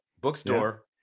Bookstore